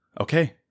okay